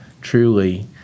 truly